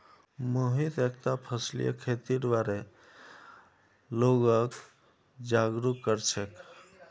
मोहित एकता फसलीय खेतीर बार लोगक जागरूक कर छेक